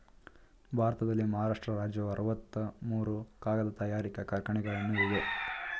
ಭಾರತದಲ್ಲಿ ಮಹಾರಾಷ್ಟ್ರ ರಾಜ್ಯವು ಅರವತ್ತ ಮೂರು ಕಾಗದ ತಯಾರಿಕಾ ಕಾರ್ಖಾನೆಗಳನ್ನು ಇವೆ